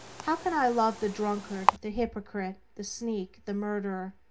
how can i love the drunkard, the hypocrite, the sneak, the murderer?